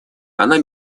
она